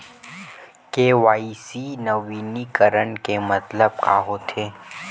KYC नवीनीकरण के मतलब का होथे?